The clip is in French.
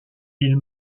ils